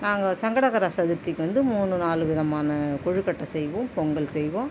நாங்கள் சங்கடகர சதுர்த்திக்கு வந்து மூணு நாலு விதமான கொழுக்கட்டை செய்வோம் பொங்கல் செய்வோம்